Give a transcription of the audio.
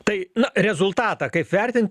tai rezultatą kaip vertint